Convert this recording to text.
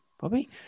Bobby